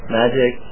magic